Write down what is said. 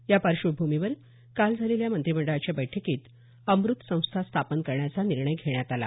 या पार्श्वभूमीवर काल झालेल्या मंत्रिमंडळाच्या बैठकीत अमृत संस्था स्थापन करण्याचा निर्णय घेण्यात आला